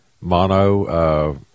mono